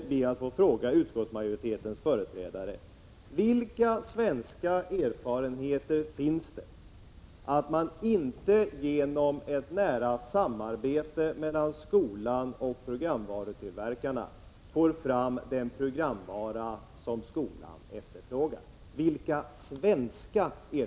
Jag måste få fråga utskottsmajoritetens företrädare: Vilka svenska erfarenheter finns det av att man inte genom ett nära samarbete mellan skolan och programvarutillverkarna kan få fram den programvara som skolan efterfrågar?